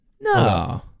No